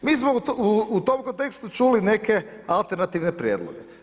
Mi smo u tom kontekstu čuli neke alternativne prijedloge.